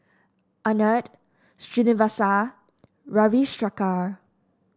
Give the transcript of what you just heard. Anand Srinivasa Ravi Shankar